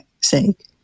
sake